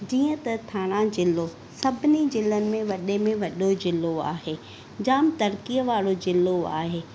जीअं त थाणा ज़िलो सभिनी ज़िलनि में वॾे में वॾो ज़िलो आहे जाम तरक़ीअ वारो ज़िलो आहे